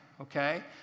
okay